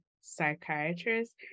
psychiatrist